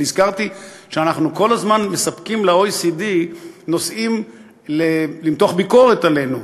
אני הזכרתי שאנחנו כל הזמן מספקים ל-OECD נושאים למתוח ביקורת עלינו,